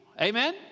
Amen